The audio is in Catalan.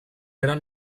eren